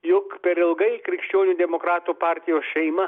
juk per ilgai krikščionių demokratų partijos šeima